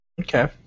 Okay